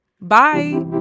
Bye